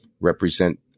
represent